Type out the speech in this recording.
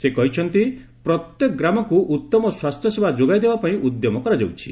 ସେ କହିଛନ୍ତି ପ୍ରତ୍ୟେକ ଗ୍ରାମକୁ ଉତ୍ତମ ସ୍ୱାସ୍ଥ୍ୟସେବା ଯୋଗାଇଦେବା ପାଇଁ ଉଦ୍ୟମ କରାଯାଉଛି